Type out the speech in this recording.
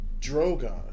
Drogon